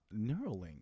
Neuralink